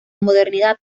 modernidad